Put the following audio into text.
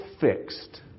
fixed